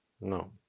No